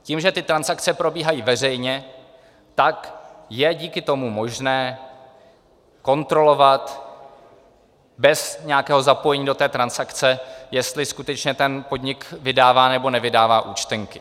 Tím, že ty transakce probíhají veřejně, je díky tomu možné kontrolovat bez nějakého zapojení do té transakce, jestli skutečně ten podnik vydává nebo nevydává účtenky.